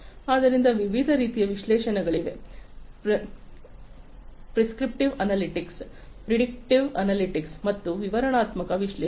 ಆದ್ದರಿಂದ ವಿಭಿನ್ನ ರೀತಿಯ ವಿಶ್ಲೇಷಣೆಗಳಿವೆ ಪ್ರಿಸ್ಕ್ರಿಪ್ಟಿವ್ ಅನಾಲಿಟಿಕ್ಸ್ ಪ್ರಿಡಿಕ್ಟಿವ್ ಅನಾಲಿಟಿಕ್ಸ್ ಮತ್ತು ವಿವರಣಾತ್ಮಕ ವಿಶ್ಲೇಷಣೆ